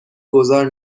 گذار